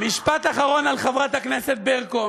משפט אחרון, על חברת הכנסת ברקו.